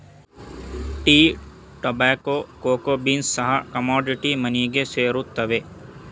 tea, tobacco, cocoa beans ಸಹ commodity ಮನಿಗೆ ಸೇರುತ್ತವೆ